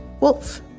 wolf